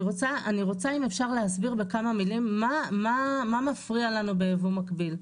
אני רוצה בבקשה להסביר בכמה מילים מה מפריע לנו בייבוא מקביל.